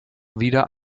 wieder